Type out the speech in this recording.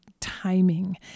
timing